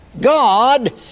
God